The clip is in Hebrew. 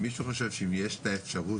מישהו חושב שאם יש את האפשרות